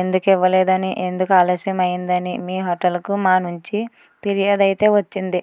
ఎందుకు ఇవ్వలేదని ఎందుకు ఆలస్యమైందని మీ హోటల్కు మా నుంచి ఫిర్యాదు అయితే వచ్చింది